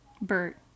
Bert